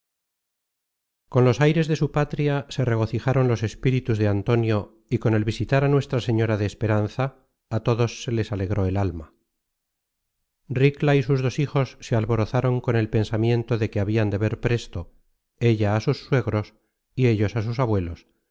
con los aires de su patria se regocijaron los espíritus de antonio y con el visitar á nuestra señora de esperanza á todos se les alegró el alma ricla y sus dos hijos se alborozaron con el pensamiento de que habian de ver presto ella á sus suegros y ellos á sus abuelos